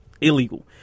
illegal